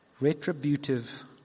Retributive